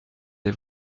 des